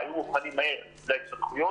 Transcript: היו מוכנים מהר להתפתחויות,